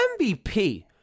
MVP